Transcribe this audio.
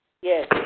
Yes